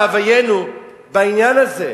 את כל מאוויינו בעניין הזה.